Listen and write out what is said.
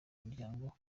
muryango